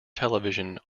television